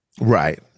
Right